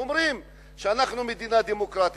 ואומרים: אנחנו מדינה דמוקרטית,